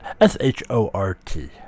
s-h-o-r-t